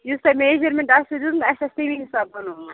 یُس تۄہہِ میجَرمٮ۪نٛٹ آسیو دیُتمُت اَسہِ آسہِ تَمی حساب بَنومُت